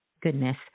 goodness